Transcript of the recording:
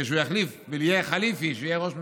כשהוא יחליף, כשיהיה חליפי, כשהוא יהיה ראש ממשלה,